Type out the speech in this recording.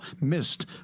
missed